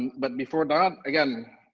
but before that, again,